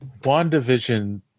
WandaVision